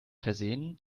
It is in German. versehen